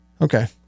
Okay